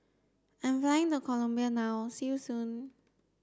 I'm flying to Colombia now see you soon